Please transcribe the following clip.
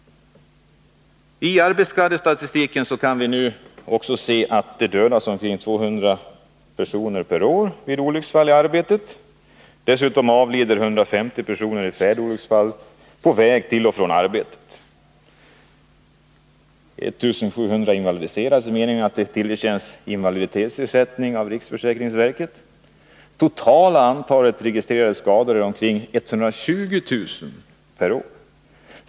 I arbetsskadestatistiken kan vi nu också se att det dödas omkring 200 personer per år vid olycksfall i arbetet. Dessutom avlider 150 personer i färdolyckor på väg till och från arbetet. 1 700 invalidiseras i den meningen att de tillerkänns invaliditetsersättning från riksförsäkringsverket. Det totala antalet registrerade skador är omkring 120 000 per år.